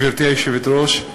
גברתי היושבת-ראש,